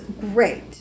great